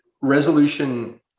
resolution